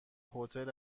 هتل